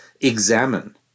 examine